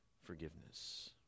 forgiveness